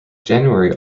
january